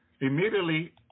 Immediately